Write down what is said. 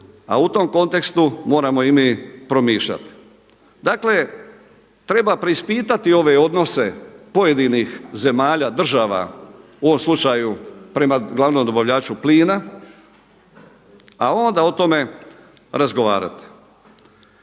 a u tom kontekstu moramo i mi promišljati. Dakle, treba preispitati ove odnose pojedinih zemalja, država u ovom slučaju prema glavnom dobavljaju plina, a onda o tome razgovarati.